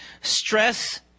stress